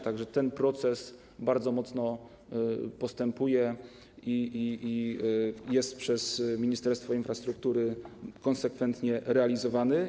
Tak że ten proces bardzo mocno postępuje i jest przez Ministerstwo Infrastruktury konsekwentnie realizowany.